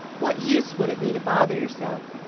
what use would it be to bother yourself?